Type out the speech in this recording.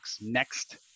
Next